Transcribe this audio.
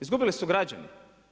Izgubili su građani.